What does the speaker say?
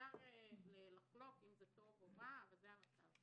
אפשר לחלוק אם זה טוב או רע, אבל זה המצב.